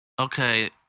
okay